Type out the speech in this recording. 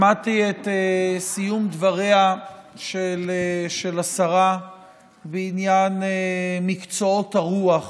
שמעתי את סיום דבריה של השרה בעניין מקצועות הרוח